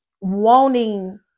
wanting